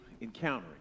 encountering